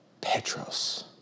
Petros